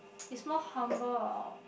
it's more humble